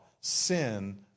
sin